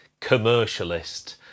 commercialist